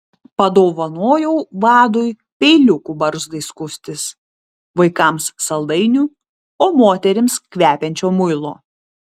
padovanojau vadui peiliukų barzdai skustis vaikams saldainių o moterims kvepiančio muilo